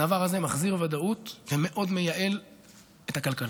הדבר הזה מחזיר ודאות ומאוד מייעל את הכלכלה.